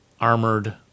armored